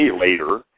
later